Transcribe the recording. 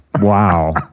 wow